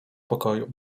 pokoju